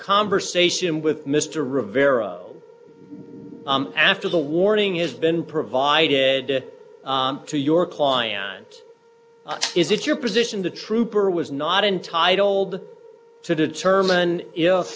conversation with mr rivera after the warning has been provided to your client is it your position the trooper was not entitled to determine if